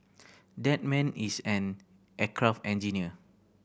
that man is an aircraft engineer